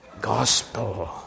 gospel